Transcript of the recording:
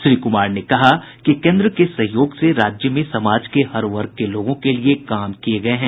श्री कुमार ने कहा कि केन्द्र के सहयोग से राज्य में समाज के हर वर्ग के लोगों के लिए काम किये गये हैं